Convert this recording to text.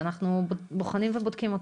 שאנחנו בוחנים ובודקים אותו.